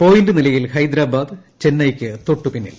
point നിലയിൽ ഹൈദ്രാബാദ് ചെന്നൈയ്ക്ക് തൊട്ടുപിന്നിൽ